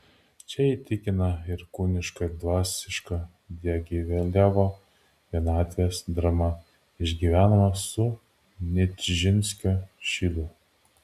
čia įtikina ir kūniška ir dvasiška diagilevo vienatvės drama išgyvenama su nižinskio šydu